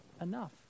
enough